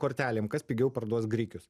kortelėm kas pigiau parduos grikius